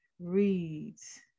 reads